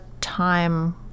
time